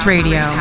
Radio